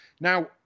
Now